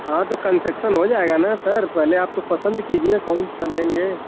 हाँ तो कन्सेक्शन हो जाएगा ना सर पहले आप तो पसंद कीजिए कौन सा लेंगे